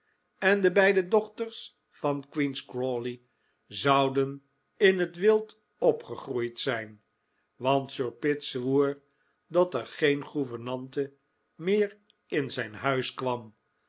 en de beide dochters van queen's crawley zouden in het wild opgegroeid zijn want sir pitt zwoer dat er geen gouvernante meer in zijn huis kwam